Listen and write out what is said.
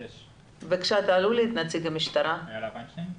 תעלו לי את נציג המשטרה בבקשה.